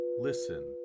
listen